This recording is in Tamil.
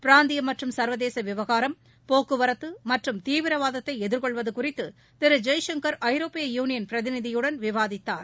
பிராந்தியம் மற்றும் சர்வதேச விவகாரம் போக்குவரத்து மற்றும் தீவிரவாதத்தை எதிர்கொள்வது குறித்து திரு ஜெய்சங்கர் ஐரோப்பிய யூனியன் பிரதிநிதியுடன் விவாதித்தார்